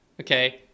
okay